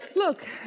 Look